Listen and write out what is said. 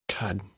God